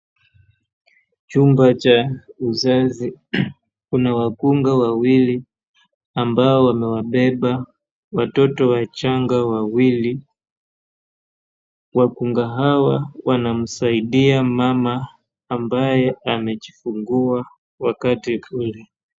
Chumba cha uzazi, kuna wakunga wawili ambao wamewabeba watoto wachanga wawili, wakunga hawa wanamsaidia mama ambaye amejifungua wakati nzuri.